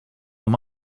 him